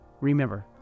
remember